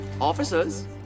officers